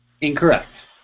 Incorrect